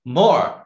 more